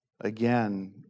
Again